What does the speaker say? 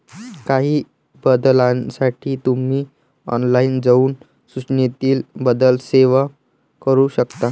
काही बदलांसाठी तुम्ही ऑनलाइन जाऊन सूचनेतील बदल सेव्ह करू शकता